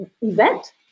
event